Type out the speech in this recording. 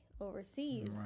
overseas